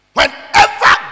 Whenever